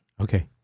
Okay